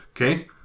okay